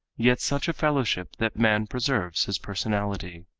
yet such a fellowship that man preserves his personality.